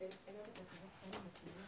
בוקר טוב לכל המשתתפים,